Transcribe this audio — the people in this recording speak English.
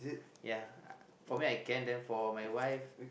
ya uh for me I can then for my wife